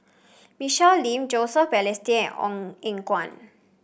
Michelle Lim Joseph Balestier and Ong Eng Guan